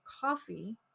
coffee